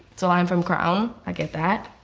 it's a line from crown, i get that.